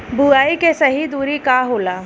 बुआई के सही दूरी का होला?